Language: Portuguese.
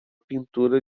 pintura